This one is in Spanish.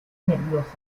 nerviosas